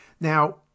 Now